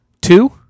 Two